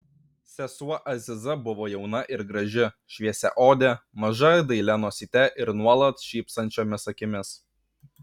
sesuo aziza buvo jauna ir graži šviesiaodė maža dailia nosyte ir nuolat šypsančiomis akimis